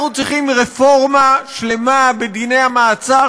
אנחנו צריכים רפורמה שלמה בדיני המעצר